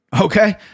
Okay